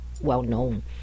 well-known